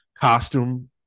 costume